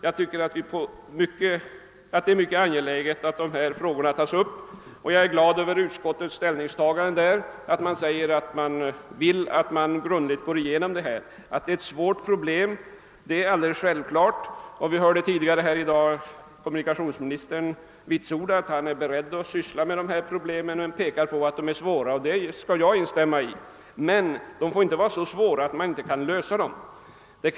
Jag tycker det är angeläget att de här frågorna tas upp, och jag är glad över utskottets ställningstagande, att så bör ske. Vi hörde tidigare i dag kommunikationsministern vitsorda att han är beredd att syssla med problemet, men han framhöll att det är svårlöst. Jag instämmer i detta, men problemet kan inte vara omöjligt att lösa.